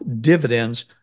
dividends